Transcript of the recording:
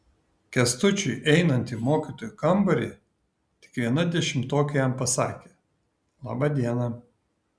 kęstučiui einant į mokytojų kambarį tik viena dešimtokė jam pasakė laba diena